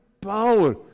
power